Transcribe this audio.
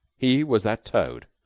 he was that toad.